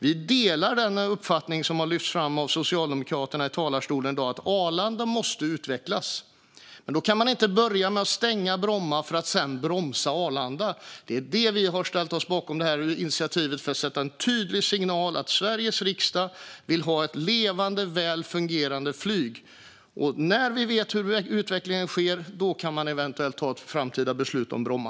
Vi delar den uppfattning som har lyfts fram av Socialdemokraterna i talarstolen i dag. Arlanda måste utvecklas. Men då kan man inte börja med att stänga Bromma för att sedan bromsa Arlanda. Det är därför som vi har ställt oss bakom initiativet. Det är för att sända en tydlig signal att Sveriges riksdag vill ha ett levande och väl fungerande flyg. När vi vet hur utvecklingen blir kan vi eventuellt fatta ett framtida beslut om Bromma.